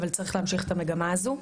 אבל צריך להמשיך את המגמה הזו.